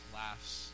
laughs